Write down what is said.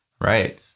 Right